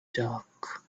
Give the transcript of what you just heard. dark